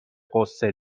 غصه